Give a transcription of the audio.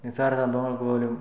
നിസ്സാര സംഭവങ്ങൾക്കു പോലും